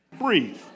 Breathe